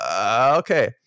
Okay